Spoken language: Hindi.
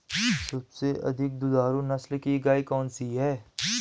सबसे अधिक दुधारू नस्ल की गाय कौन सी है?